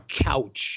couch